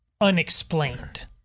unexplained